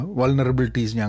vulnerabilities